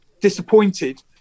disappointed